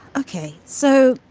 ok, so